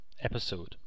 episode